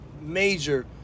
major